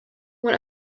when